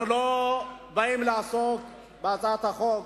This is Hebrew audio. אנחנו לא באים לעסוק בהצעת החוק